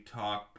talk